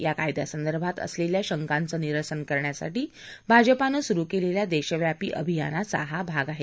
या कायद्यासंदर्भात असलेल्या शंकांचं निरसन करण्यासाठी भाजपानं सुरु केलेल्या देशव्यापी अभियानाचा हा भाग आहे